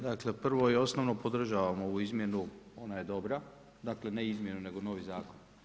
Dakle prvo i osnovno podržavamo ovu izmjenu ona je dobra, dakle ne izmjenu nego novi zakon.